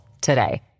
today